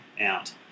out